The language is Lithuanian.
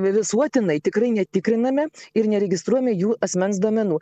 visuotinai tikrai netikrinami ir neregistruojame jų asmens duomenų